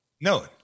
No